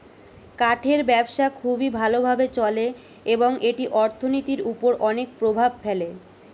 কাঠের ব্যবসা খুবই ভালো ভাবে চলে এবং এটি অর্থনীতির উপর অনেক প্রভাব ফেলে